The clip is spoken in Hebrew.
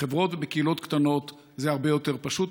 בחברות ובקהילות קטנות זה הרבה יותר פשוט,